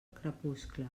crepuscle